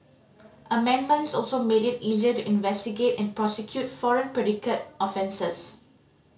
amendments also made it easier to investigate and prosecute foreign predicate offences